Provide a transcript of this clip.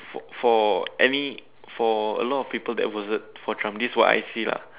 for any for a lot of people that voted for Trump this what I see lah